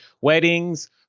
weddings